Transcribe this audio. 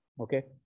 okay